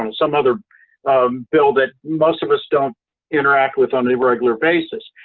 um some other um bill that most of us don't interact with on a regular basis.